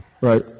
Right